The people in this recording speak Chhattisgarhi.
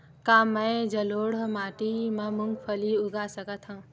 का मैं जलोढ़ माटी म मूंगफली उगा सकत हंव?